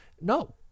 No